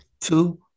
Two